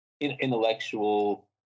intellectual